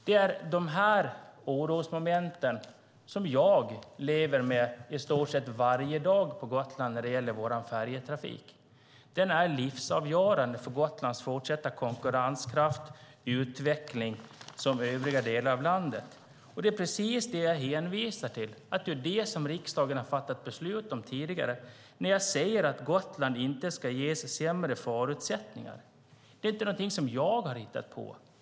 Det är dessa orosmoment som jag lever med i stort sett varje dag på Gotland när det gäller vår färjetrafik. Den är livsavgörande för Gotlands fortsatta konkurrenskraft och utveckling i förhållande till övriga delar av landet. Det är precis det som jag hänvisar till, nämligen att det är det som riksdagen har fattat beslut om tidigare, när jag säger att Gotland inte ska ges sämre förutsättningar. Det är inte någonting som jag har hittat på.